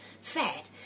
fat